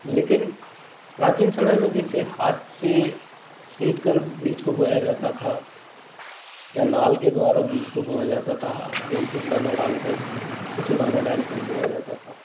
लेकिन प्राचीन समय में जैसे हाथ से छींट कर बीज को बोया जाता था या नाल के द्वारा बीज को बोया जाता था हाथ से एक एक दाना डालकर कुछ दानें डालकर बोया जाता था